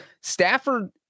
Stafford